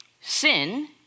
Sin